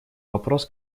вопрос